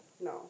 No